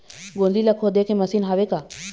गोंदली ला खोदे के मशीन हावे का?